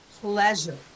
pleasure